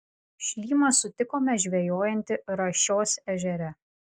šlymą sutikome žvejojantį rašios ežere